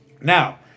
Now